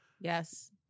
Yes